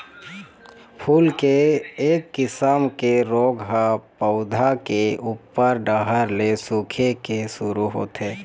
फूल के एक किसम के रोग ह पउधा के उप्पर डहर ले सूखे के शुरू होथे